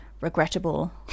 regrettable